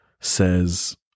says